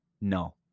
no